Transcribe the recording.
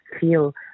feel